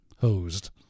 hosed